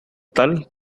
tal